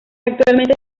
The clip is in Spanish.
actualmente